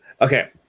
okay